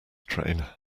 train